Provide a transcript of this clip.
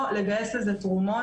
או לגייס לזה תרומות.